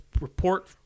report